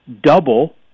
double